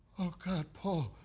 oh god paul,